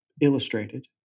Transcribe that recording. illustrated